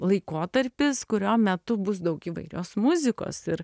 laikotarpis kurio metu bus daug įvairios muzikos ir